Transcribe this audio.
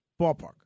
ballpark